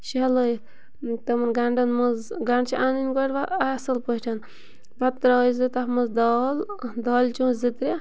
شہلٲیِتھ تِمَن گَنٛڈَن منٛز گَنٛڈٕ چھِ اَنٕنۍ گۄڈٕ وۄنۍ اصٕل پٲٹھۍ پَتہٕ ترٛٲے زِ تَتھ منٛز دال دالہِ چونٛچہِ زٕ ترٛےٚ